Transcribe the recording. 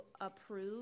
approve